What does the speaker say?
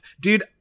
Dude